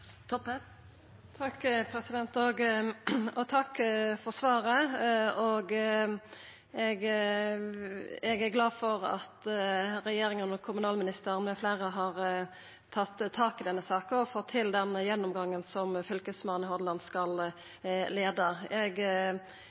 Takk for svaret. Eg er glad for at regjeringa og kommunalministeren med fleire har tatt tak i denne saka og fått til den gjennomgangen som Fylkesmannen i Hordaland skal leia. Eg